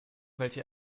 welche